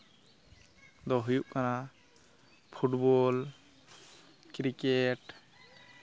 ᱫᱚ ᱦᱩᱭᱩᱜ ᱠᱟᱱᱟ ᱯᱷᱩᱴᱵᱚᱞ ᱠᱨᱤᱠᱮᱴ